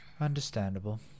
Understandable